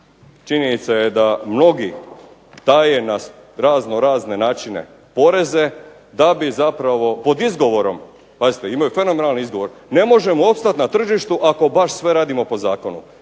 činjenica je da mnogi taje na razno razne načine poreze da bi zapravo pod izgovorom. Pazite imaju fenomenalni izgovor ne možemo opstati na tržištu ako baš sve radimo po zakonu.